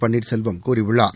பன்னீர்செல்வம் கூறியுள்ளார்